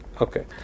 Okay